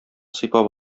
сыйпап